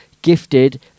Gifted